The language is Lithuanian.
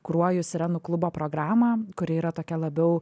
kuruoju sirenų klubo programą kuri yra tokia labiau